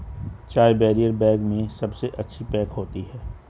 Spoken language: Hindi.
चाय बैरियर बैग में सबसे अच्छी पैक होती है